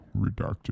redacted